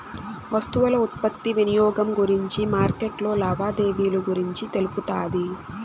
వస్తువుల ఉత్పత్తి వినియోగం గురించి మార్కెట్లో లావాదేవీలు గురించి తెలుపుతాది